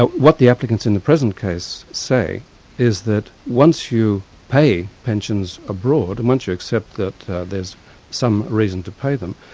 ah what the applicants in the present case say is that once you pay pensions abroad, and once you accept that there's some reason to pay them,